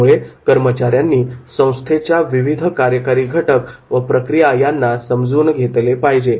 त्यामुळे कर्मचाऱ्यांनी संस्थेच्या विविध कार्यकारी घटक व प्रक्रिया यांना समजून घेतले पाहिजे